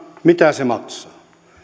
mitä se maksaa